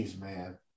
man